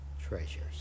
treasures